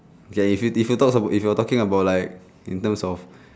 okay if you if you talk about if you're talking about like in terms of